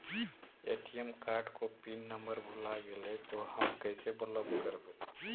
ATM card को pin number भुला गैले तौ हम कैसे ब्लॉक करवै?